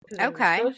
Okay